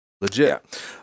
Legit